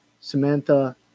Samantha